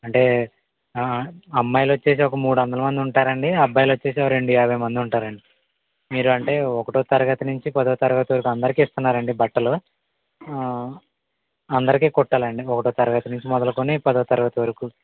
అంటే అమ్మాయిలు వచ్చేసి ఒక మూడు వందల మంది ఉంటారండి అబ్బాయిలు వచ్చేసి ఒక రెండు యాభై మంది ఉంటారండి మీరు అంటే ఒకటో తరగతి నుంచి పదో తరగతి అందరికి ఇస్తున్నారండి బట్టలు అందరికీ కుట్టాలండి ఒకటో తరగతి నుంచి మొదలుకొని పదో తరగతి వరకు